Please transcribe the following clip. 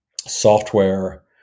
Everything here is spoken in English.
software